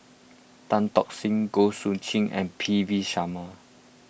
Tan Tock Seng Goh Soo Khim and P V Sharma